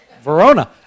Verona